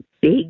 big